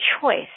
choice